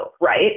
right